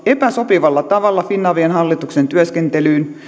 epäsopivalla tavalla finavian hallituksen työskentelyyn